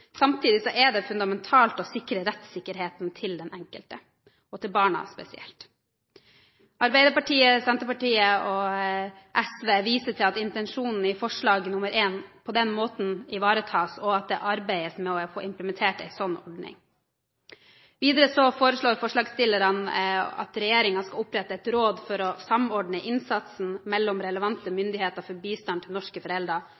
er det fundamentalt å sikre rettssikkerheten til den enkelte og til barna spesielt. Arbeiderpartiet, Senterpartiet og SV viser til at intensjonen i forslag nr. 1 på den måten ivaretas, og at det arbeides med å få implementert en sånn ordning. Videre foreslår forslagsstillerne at regjeringen skal opprette et råd for å samordne innsatsen mellom relevante myndigheter for bistand til norske foreldre